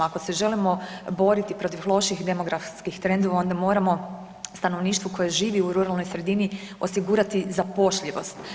Ako se želimo boriti protiv loših demografskih trendova onda moramo stanovništvu koje živi u ruralnoj sredini osigurati zapošljivost.